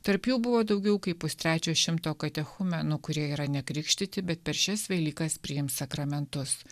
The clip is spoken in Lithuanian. tarp jų buvo daugiau kaip pustrečio šimto katechumenų kurie yra nekrikštyti bet per šias velykas priims sakramentus